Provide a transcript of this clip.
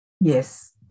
Yes